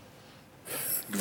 מזעזע.